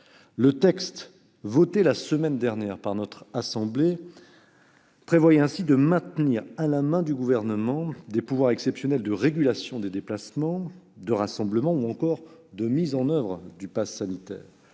Le texte voté la semaine dernière par notre assemblée prévoyait ainsi de maintenir à la disposition du Gouvernement des pouvoirs exceptionnels de régulation des déplacements et des rassemblements, ou encore de mise en oeuvre du passe sanitaire.